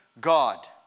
God